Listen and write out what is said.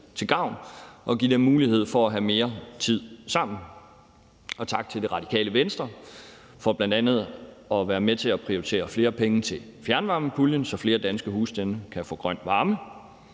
til gavn og give dem mulighed for at have mere tid sammen. Tak til Radikale Venstre for bl.a. at være med til at prioritere flere penge til fjernvarmepuljen, så flere danske husstande kan få grøn varme,